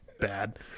bad